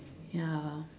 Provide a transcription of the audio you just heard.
ya